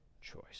choice